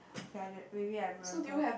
okay I d~ maybe I remember